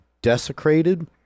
desecrated